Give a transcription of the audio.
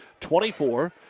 24